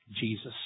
Jesus